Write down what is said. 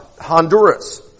Honduras